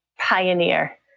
pioneer